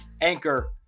Anchor